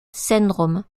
syndrome